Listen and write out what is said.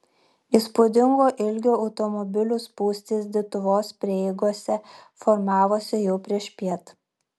įspūdingo ilgio automobilių spūstys dituvos prieigose formavosi jau priešpiet